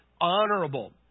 honorable